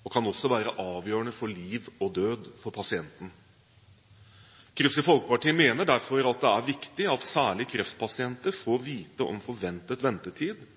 og kan også være avgjørende for liv eller død for pasienten. Kristelig Folkeparti mener derfor at det er viktig at særlig kreftpasienter får vite om forventet ventetid